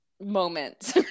moments